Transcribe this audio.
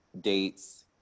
dates